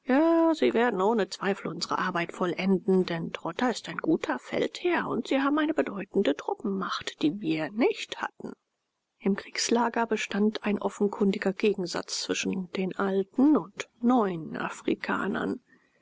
sie werden ohne zweifel unsre arbeit vollenden denn trotha ist ein guter feldherr und sie haben eine bedeutende truppenmacht die wir nicht hatten im kriegslager bestand ein offenkundiger gegensatz zwischen den alten und neuen afrikanern